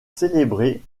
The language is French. célébrer